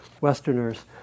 Westerners